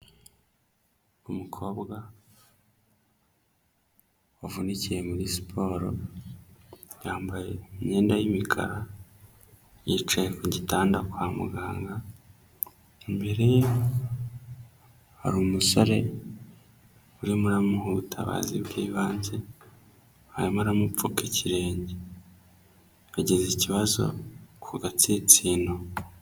Umukobwa avunikiye muri siporo yambaye imyenda y'imikara, yicaye ku gitanda kwa muganga, imbere ye hari umusore urimo uramuha ubutabazi bw'ibanze arimo aramupfuka ikirenge. Agize ikibazo ku gatsinsino.